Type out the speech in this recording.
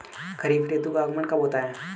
खरीफ ऋतु का आगमन कब होता है?